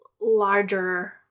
larger